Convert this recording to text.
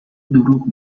دروغ